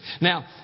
Now